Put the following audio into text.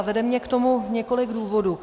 Vede mě k tomu několik důvodů.